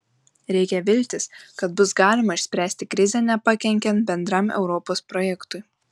reikia viltis kad bus galima išspręsti krizę nepakenkiant bendram europos projektui